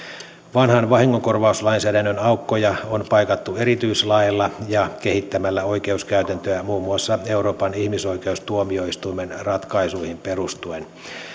vanhan vahingonkorvauslainsäädännön aukkoja on paikattu erityislaeilla ja kehittämällä oikeuskäytäntöä muun muassa euroopan ihmisoikeustuomioistuimen ratkaisuihin perustuen